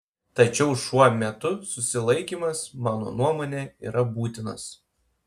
tačiau šuo metu susilaikymas mano nuomone yra būtinas